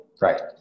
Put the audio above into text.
Right